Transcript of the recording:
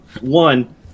one